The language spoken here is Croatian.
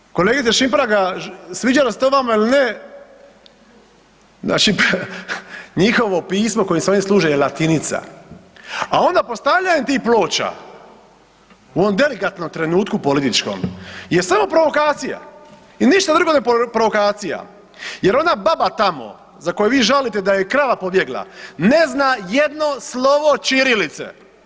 Njima je kolegice Šimpraga sviđalo se to vama ili ne, njihovo pismo kojim se oni služe je latinica, a onda postavljanjem tih ploča u ovom delikatnom trenutku političkom je samo provokacija i ništa drugo nego provokacija jer ona baba tamo za koju vi žalite da joj je krava pobjegla ne zna jedno slovo ćirilice.